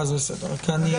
אגב,